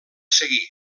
seguir